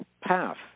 path